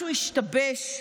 משהו השתבש.